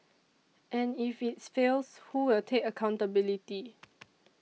and if its fails who will take accountability